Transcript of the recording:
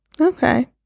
Okay